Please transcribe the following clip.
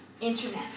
internet